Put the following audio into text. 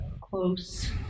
close